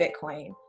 Bitcoin